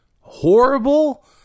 horrible